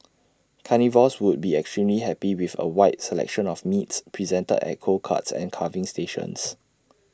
carnivores would be extremely happy with A wide selection of meats presented at cold cuts and carving stations